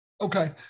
okay